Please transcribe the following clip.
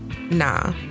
Nah